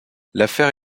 l’affaire